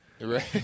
Right